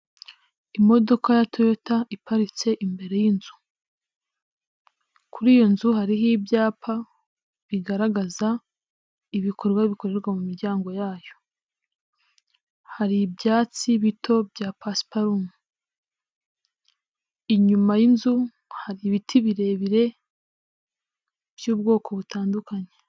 Imodoka ya Toyota iparitse imbere y'inzu. Kuri iyo nzu hariho ibyapa bigaragaza ibikorwa bikorerwa mu miryango yayo, hari ibyatsi bito bya pasiparume. Inyuma y'inzu hari ibiti birebire by'ubwoko butandukanye.